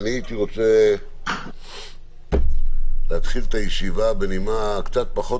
ואני הייתי רוצה להתחיל את הישיבה בנימה קצת פחות